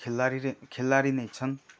खेलाडी खेलाडी नै छन्